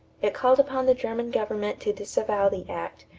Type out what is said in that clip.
it called upon the german government to disavow the act,